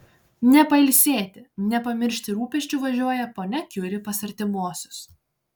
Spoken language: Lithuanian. ne pailsėti ne pamiršti rūpesčių važiuoja ponia kiuri pas artimuosius